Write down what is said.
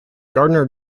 gardner